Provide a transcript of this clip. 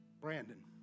Brandon